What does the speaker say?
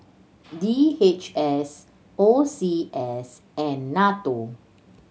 D H S O C S and NATO